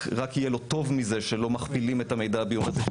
רק טוב מכך שלא מכפילים את המידע הביומטרי,